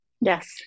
Yes